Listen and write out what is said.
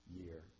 year